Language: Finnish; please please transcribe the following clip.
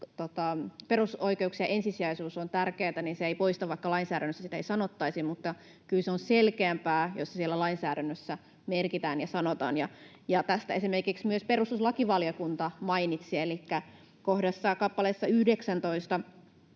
perusoikeuksien ensisijaisuus on tärkeätä, vaikka lainsäädännössä sitä ei sanottaisi, mutta kyllä se on selkeämpää, jos se sinne lainsäädäntöön merkitään ja siellä sanotaan. Tästä esimerkiksi myös perustuslakivaliokunta mainitsi, elikkä kappaleessa 19